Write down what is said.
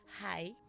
hi